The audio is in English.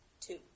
Two